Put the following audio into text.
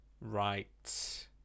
right